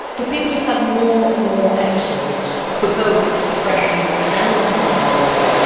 but people who've had more and more episodes for both depression and for bipolar,